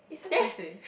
it's damn paiseh